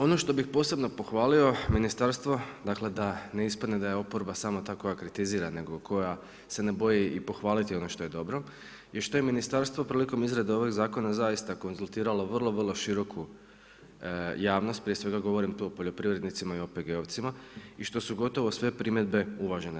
Ono što bih posebno pohvalio ministarstvo da ne ispadne da je oporba samo ta koja kritizira nego koja se ne boji i pohvaliti ono što je dobro je što je ministarstvo prilikom izrade ovog zakona zaista konzultiralo vrlo, vrlo široku javnost, prije svega govorim tu o poljoprivrednicima i OPG-ovcima i što su gotovo sve primjedbe uvažene.